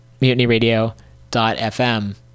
MutinyRadio.fm